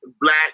Black